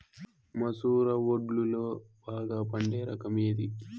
మసూర వడ్లులో బాగా పండే రకం ఏది?